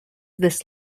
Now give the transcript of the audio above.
this